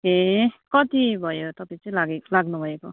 ए कति भयो तपाईँ चाहिँ लागेको लाग्नु भएको